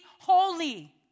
holy